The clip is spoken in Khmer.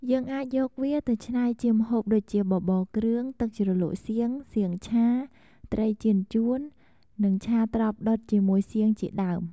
យើងអាចយកវាទៅឆ្នៃជាម្ហូបដូចជា បបរគ្រឿង ទឹកជ្រលក់សៀង សៀងឆា ត្រីចៀនចួន និង ឆាត្រប់ដុតជាមួយសៀងជាដើម។